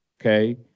Okay